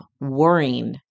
worrying